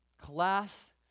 class